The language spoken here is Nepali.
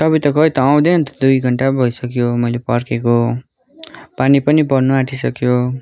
तपाईँ त खै त आउँदैन त दुई घन्टा भइसक्यो मैले पर्खेको पानी पनि पर्नु आटिँसक्यो